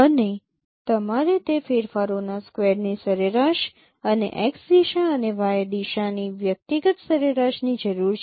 અને તમારે તે ફેરફારોના સ્કવેર ની સરેરાશ અને x દિશા અને y દિશાની વ્યક્તિગત સરેરાશની જરૂર છે